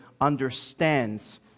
understands